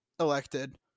elected